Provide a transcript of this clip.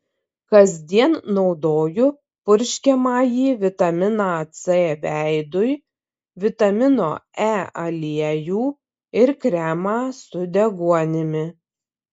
kasdien naudoju purškiamąjį vitaminą c veidui vitamino e aliejų ir kremą su deguonimi